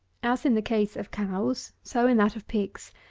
as in the case of cows so in that of pigs,